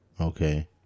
okay